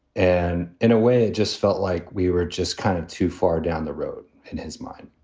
and in a way, i just felt like we were just kind of too far down the road in his mind,